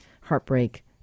heartbreak